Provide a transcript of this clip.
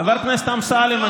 חבר הכנסת אמסלם,